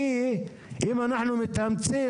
כי אם אנחנו מתאמצים,